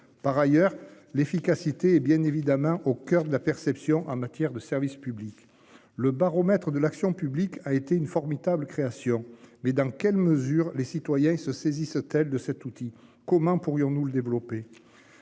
par ailleurs l'efficacité et bien évidemment au coeur de la perception en matière de service public. Le baromètre de l'action publique a été une formidable création mais dans quelle mesure les citoyens se saisissent de cet outil. Comment pourrions-nous le développer.